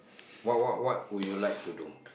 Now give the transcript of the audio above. what what would you like to do